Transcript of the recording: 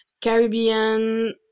Caribbean